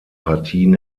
partien